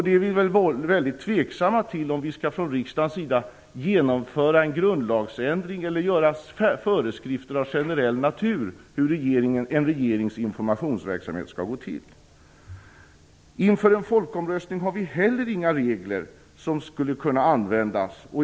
Det är väldigt tveksamt om vi från riksdagens sida skall genomföra en grundlagsändring eller utfärda föreskrifter av generell natur om hur en regerings informationsverksamhet skall gå till. Inför en folkomröstning har vi heller inga regler som skulle kunna användas.